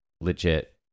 legit